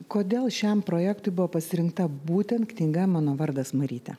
kodėl šiam projektui buvo pasirinkta būtent knyga mano vardas marytė